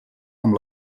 amb